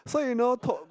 so you know